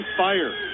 fire